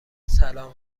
سلام